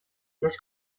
les